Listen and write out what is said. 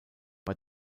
bei